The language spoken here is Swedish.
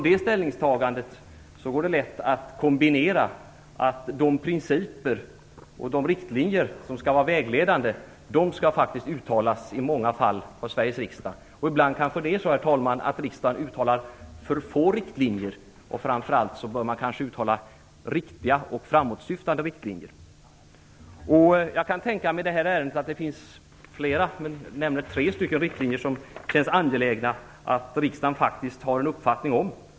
Det ställningstagandet går det lätt att kombinera med uttalandet att de principer och riktlinjer som skall vara vägledande faktiskt i många fall skall anges av Sveriges riksdag. Ibland kan det vara så att riksdagen anger för få riktlinjer, men framför allt bör det vara riktiga och framåtsyftande riktlinjer. I det här ärendet är det tre riktlinjer där det känns angeläget att riksdagen har en uppfattning.